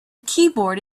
keyboard